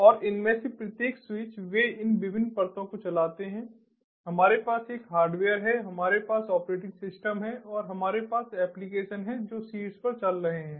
और इनमें से प्रत्येक स्विच वे इन विभिन्न परतों को चलाते हैं हमारे पास एक हार्डवेयर है हमारे पास ऑपरेटिंग सिस्टम है और हमारे पास एप्लिकेशन हैं जो शीर्ष पर चल रहे हैं